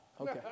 Okay